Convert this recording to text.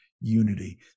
unity